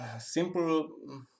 simple